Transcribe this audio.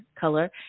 color